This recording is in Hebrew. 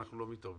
אנחנו לא מתערבים,